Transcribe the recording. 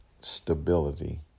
stability